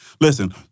Listen